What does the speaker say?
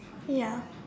ya